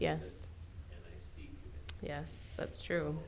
yes yes that's true